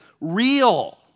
real